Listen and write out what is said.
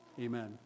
Amen